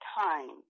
time